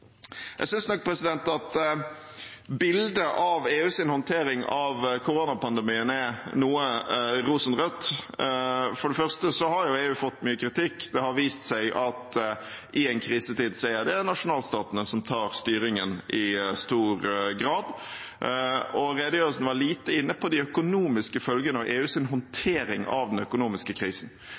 Jeg synes nok at bildet av EUs håndtering av koronapandemien er noe rosenrødt. For det første har EU fått mye kritikk. Det har vist seg at i en krisetid er det nasjonalstatene som tar styringen i stor grad, og redegjørelsen var lite inne på de økonomiske følgene av EUs håndtering av den økonomiske krisen.